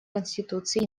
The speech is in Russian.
конституции